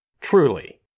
Truly